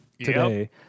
today